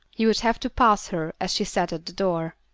he would have to pass her as she sat at the door.